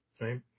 Right